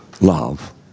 love